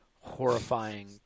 horrifying